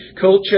culture